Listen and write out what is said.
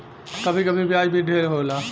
कभी कभी ब्याज भी ढेर होला